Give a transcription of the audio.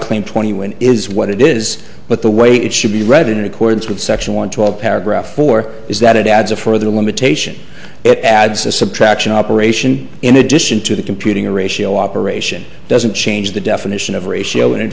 claim twenty one is what it is but the way it should be read in accordance with section one twelve paragraph four is that it adds a further limitation it adds a subtraction operation in addition to the computing a ratio operation doesn't change the definition of ratio and in